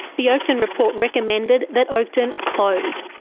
the oakden report recommended that oakden close,